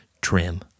trim